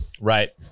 Right